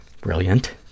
Brilliant